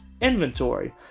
inventory